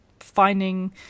finding